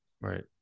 Right